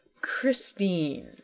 Christine